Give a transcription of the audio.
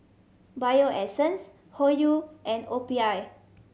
Bio Essence Hoyu and O P I